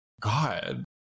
God